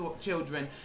children